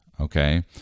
okay